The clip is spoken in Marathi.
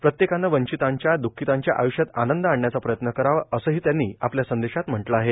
प्रत्येकाने वंचितांच्या दःखितांच्या आय्ष्यात आनंद आणण्याचा प्रयत्न करावा असंही त्यांनी आपल्या संदेशात म्हटलं आहे